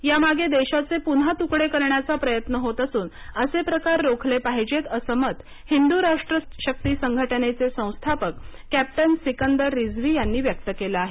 या मागे देशाचे पुन्हा तुकडे करण्याचा प्रयत्न होत असूनअसे प्रकार रोखले पाहिजेत असं मत हिंदु राष्ट्र शक्ति संघटनेचे संस्थापक कॅप्टन सिकंदर रिझवी यांनी व्यक्त केलं आहे